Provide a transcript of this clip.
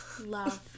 love